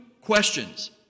questions